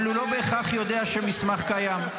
אבל הוא לא בהכרח יודע שמסמך קיים.